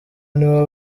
nibo